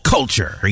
Culture